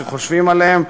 כשחושבים עליהם,